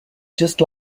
just